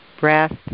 breath